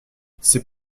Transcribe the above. c’est